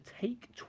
take